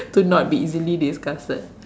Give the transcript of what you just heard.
to not be easily disgusted